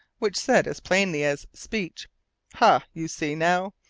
which said as plainly as speech ha! you see now.